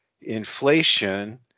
inflation